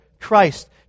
Christ